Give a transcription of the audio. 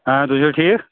آ تُہۍ چھو ٹھیٖک